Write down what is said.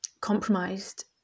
compromised